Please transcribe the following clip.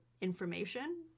information